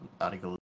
article